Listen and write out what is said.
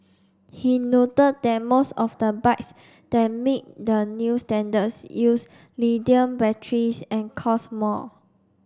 he noted that most of the bikes that meet the new standards use lithium batteries and cost more